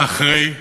מאחורי בטונדות.